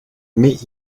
mais